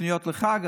קניות לחג,